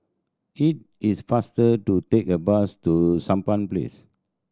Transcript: it is faster to take a bus to Sampan Place